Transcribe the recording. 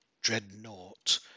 Dreadnought